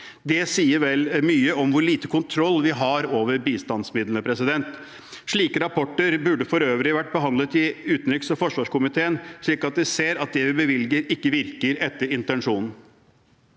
Det sier vel mye om hvor lite kontroll vi har over bistandsmidlene. Slike rapporter burde for øvrig ha vært behandlet i utenriks- og forsvarskomiteen, slik at vi kunne se at det vi bevilger, ikke virker etter intensjonen.